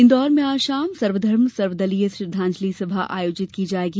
इन्दौर में आज शाम सर्वधर्म सर्व दलिय श्रद्धांजलि सभा आयोजित की जायेगी